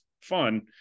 fun